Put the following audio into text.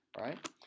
Right